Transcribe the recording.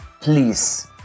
please